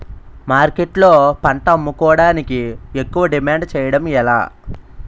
మార్కెట్లో పంట అమ్ముకోడానికి ఎక్కువ డిమాండ్ చేయడం ఎలా?